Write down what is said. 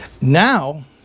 now